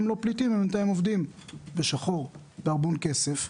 הם פליטים או לא הם בינתיים עובדים בשחור בהמון כסף.